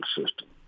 system